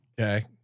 Okay